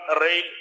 Rail